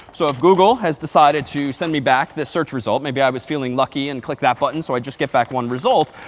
so if google has decided to send me back this search result. maybe i was feeling lucky and clicked that button. so i just get back one result.